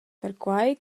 perquei